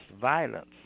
violence